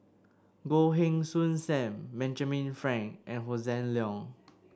Goh Heng Soon Sam Benjamin Frank and Hossan Leong